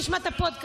תשמע את הפודקאסט.